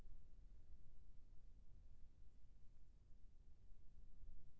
मिरचा के फसल म फफूंद ला रोके बर का दवा सींचना ये?